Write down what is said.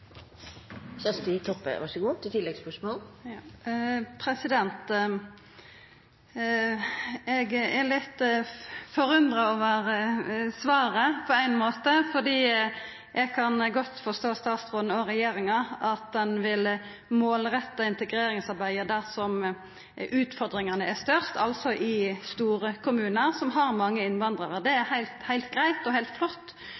litt forundra over svaret, fordi eg kan godt forstå at statsråden og regjeringa vil målretta integreringsarbeidet der utfordringane er størst, altså i store kommunar som har mange innvandrarar. Det